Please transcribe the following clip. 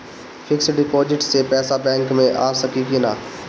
Fix deposit से पैसा bank मे आ सकी कि ना?